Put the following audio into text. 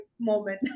moment